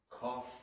cough